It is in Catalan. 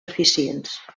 eficients